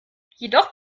jedoch